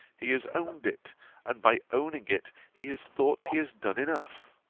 he has owned it and by owning it he has thought he has done enough.